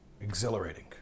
exhilarating